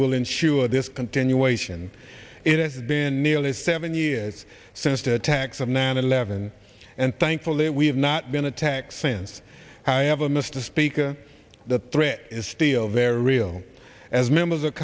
will ensure this continuation it has been nearly seven years since the attacks of nine eleven and thankfully we have not been attacked since i have a mr speaker the threat is still very real as members of